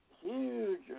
huge